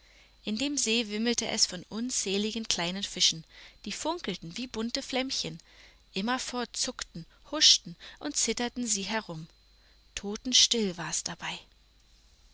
in dem see wimmelte es von unzähligen kleinen fischen die funkelten wie bunte flämmchen immerfort zuckten huschten und zitterten sie herum totenstill war's dabei